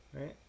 right